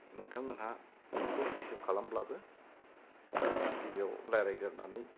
नोंथांमोनहा फनखौ रिसिभ खालामब्लाबो गिबियाव रायलायग्रोनानै